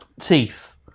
teeth